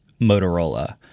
Motorola